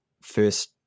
first